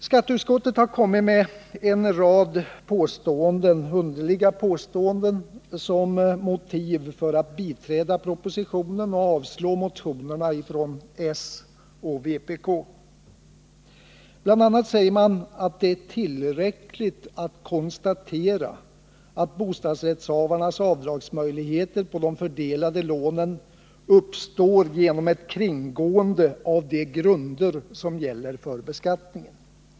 Skatteutskottet har kommit med en rad underliga påståenden som motiv för att biträda propositionen och avstyrka motionerna från s och vpk. Bl. a. säger man att det är tillräckligt att konstatera att bostadsrättshavarnas möjligheter att göra avdrag i samband med de fördelade lånen uppstår genom ett kringgående av de grunder som gäller för beskattningen.